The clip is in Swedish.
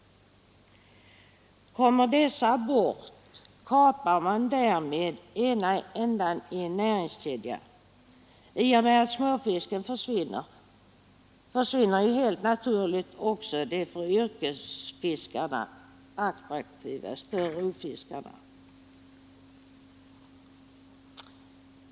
Kommer dessa bort, kapar man därmed ena ändan i en näringskedja. I och med att småfisken försvinner, försvinner helt naturligt också de för yrkesfiskarna attraktiva större rovfiskarna.